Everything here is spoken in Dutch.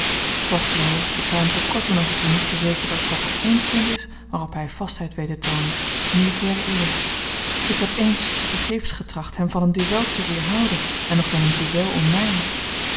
toch leo ik zou hem te kort doen als ik u niet verzekerde dat er één punt is waarop hij vastheid weet te toonen militaire eer ik heb eens tevergeefs getracht hem van een duel te weerhouden en nog wel een duel om mij